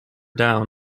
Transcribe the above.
down